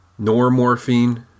normorphine